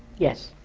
yes.